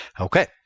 Okay